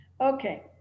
Okay